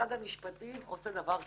שמשרד המשפטים עושה דבר כזה.